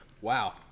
wow